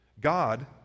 God